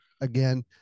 again